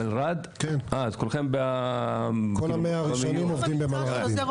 כל מאה הראשונים עובדים במלר"ד.